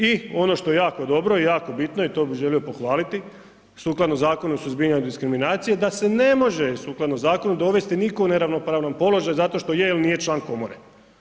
I ono što je jako dobro i jako bitno i to bih želio pohvaliti sukladno Zakonu o suzbijanju diskriminacije da se ne može sukladno zakonu dovesti nitko u neravnopravni položaj zato što je ili nije član komore.